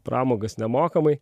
pramogas nemokamai